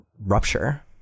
rupture